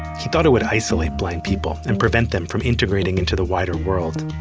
he thought it would isolate blind people, and prevent them from integrating into the wider world.